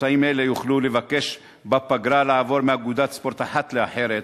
ספורטאים אלה יוכלו לבקש בפגרה לעבור מאגודת ספורט אחת לאחרת,